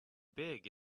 big